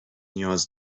نیاز